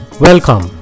Welcome